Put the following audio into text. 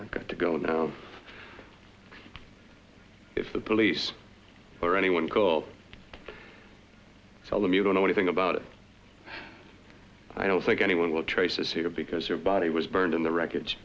i've got to go now if the police or anyone call tell them you don't know anything about it i don't think anyone will trace this here because her body was burned in the wreckage